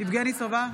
יבגני סובה,